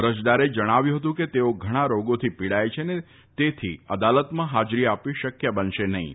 અરજદારે જણાવ્યું ફતું કે તેઓ ધણા રોગોથી પીડાય છે અને તેથી અદાલતમાં ફાજરી આપવી શક્ય બનશે નફીં